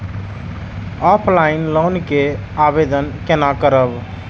Offline loan के आवेदन केना करब?